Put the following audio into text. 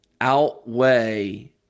outweigh